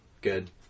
good